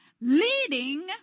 leading